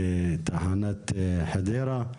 בתחנת חדרה,